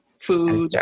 food